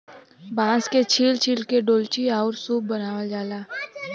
बांस के छील छील के डोल्ची आउर सूप बनावल जाला